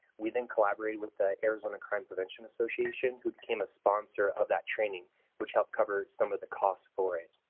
we then collaborated with the arizona crime prevention association who became a sponsor of that training which helped cover some of the cost for it.